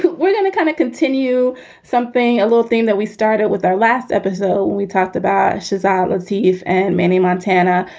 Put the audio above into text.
we're going to kind of continue something a little thing that we started with our last episode when we talked about she's outlived steve and many montana,